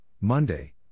Monday